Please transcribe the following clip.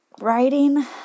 writing